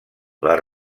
les